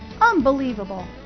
Unbelievable